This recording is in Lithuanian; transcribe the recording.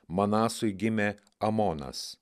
manasui gimė amonas